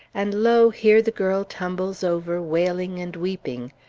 and lo! here the girl tumbles over wailing and weeping!